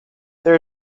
there